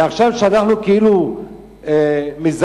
ועכשיו, כשאנחנו כאילו מזגזגים,